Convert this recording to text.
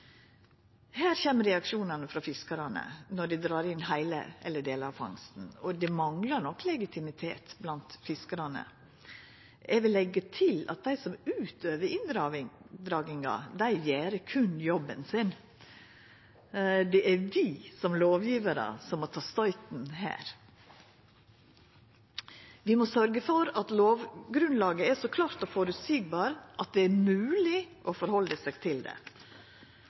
her. Her kjem reaksjonane frå fiskarane, når ein dreg inn delar av eller heile fangsten, og det manglar nok legitimitet blant fiskarane. Eg vil leggja til at dei som utøver inndraginga, berre gjer jobben sin. Det er vi som lovgjevarar som må ta støyten her. Vi må sørgja for at lovgrunnlaget er så klart og føreseieleg at det er mogleg å halda seg til det,